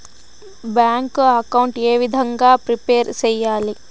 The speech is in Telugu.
బ్యాంకు అకౌంట్ ఏ విధంగా ప్రిపేర్ సెయ్యాలి?